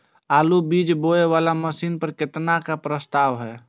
आलु बीज बोये वाला मशीन पर केतना के प्रस्ताव हय?